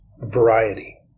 variety